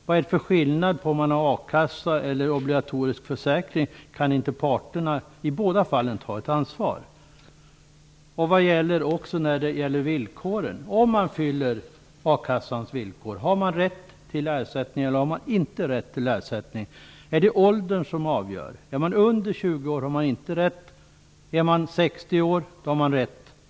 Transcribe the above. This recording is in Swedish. Vad är det för skillnad på om man har a-kassa eller obligatorisk försäkring? Kan inte parterna i båda fallen ta ett ansvar? Om man uppfyller a-kassans villkor, har man då rätt till ersättning eller inte? Är det åldern som avgör - är man under 20 år har man inte rätt, är man 60 år har man rätt?